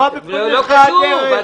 פתוחה בפניך הדרך.